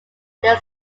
their